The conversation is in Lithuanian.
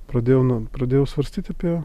pradėjau nu pradėjau svarstyti apie